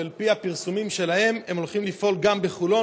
ועל פי הפרסומים שלהם הם הולכים לפעול גם בחולון,